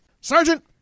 Sergeant